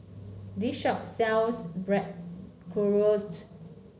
this shop sells